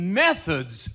methods